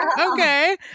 Okay